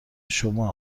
شما